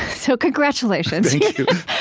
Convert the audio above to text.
so congratulations